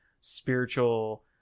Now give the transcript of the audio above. spiritual